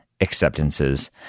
acceptances